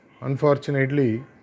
Unfortunately